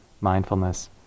mindfulness